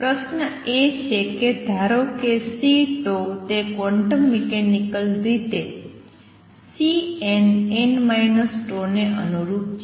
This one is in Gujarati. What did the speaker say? પ્રશ્ન એ છે કે ધારો કે C તે ક્વોન્ટમ મિકેનિકલ રીતે Cnn τ ને અનુરૂપ છે